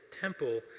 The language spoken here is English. temple